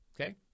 Okay